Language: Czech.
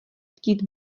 chtít